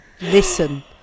listen